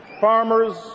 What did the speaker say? Farmers